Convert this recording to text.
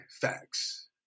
Facts